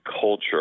culture